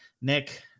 Nick